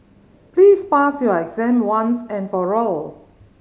please pass your exam once and for all